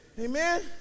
Amen